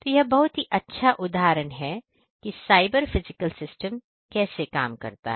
तो यह बहुत ही अच्छा उदाहरण है कि cyber physical सिस्टम कैसे काम करता है